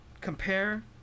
compare